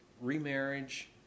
remarriage